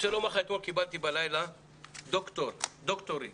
אתמול בלילה קיבלתי דוקטורית